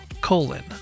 colon